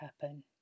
happen